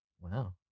Wow